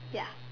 ya